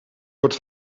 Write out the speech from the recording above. wordt